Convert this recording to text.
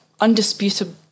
Undisputable